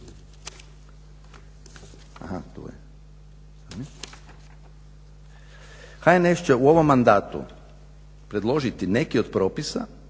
HNS će u ovom mandatu predložiti neke od propisa